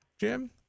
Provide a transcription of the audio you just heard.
Jim